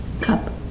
cup